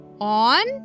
on